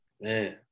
Man